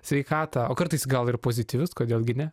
sveikatą o kartais gal ir pozityvius kodėl gi ne